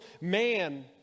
man